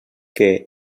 que